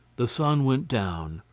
the sun went down.